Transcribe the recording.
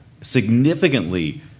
significantly